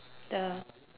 the